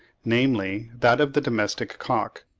namely, that of the domestic cock,